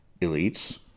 elites